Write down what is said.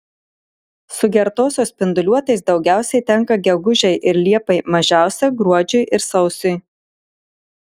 sugertosios spinduliuotės daugiausiai tenka gegužei ir liepai mažiausia gruodžiui ir sausiui